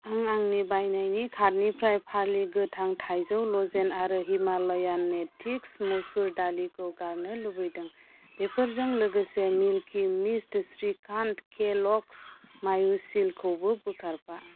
आं आंनि बायनायनि कार्टनिफ्राय पारलि गोथां थाइजौ लजेन आरो हिमालयान नेटिव्स मसुर दालिखौ गारनो लुबैदों बेफोरजों लोगोसे मिल्कि मिस्त श्रीखान्ड केल'ग्स मायुसिलकखौबो बोखारफा